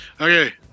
Okay